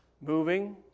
moving